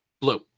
Blue